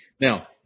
Now